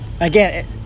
Again